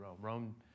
Rome